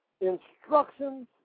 instructions